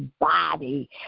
body